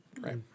right